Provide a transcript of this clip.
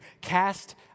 cast